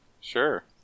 Sure